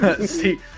See